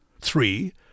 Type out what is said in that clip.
three